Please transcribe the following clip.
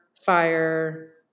fire